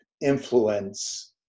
influence